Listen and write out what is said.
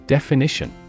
Definition